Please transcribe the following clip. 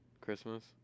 Christmas